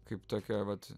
kaip tokia vat